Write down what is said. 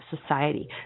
society